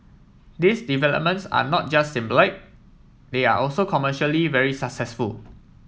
these developments are not just symbolic they are also commercially very successful